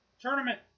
Tournament